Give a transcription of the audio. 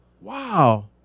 Wow